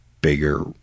bigger